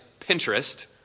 Pinterest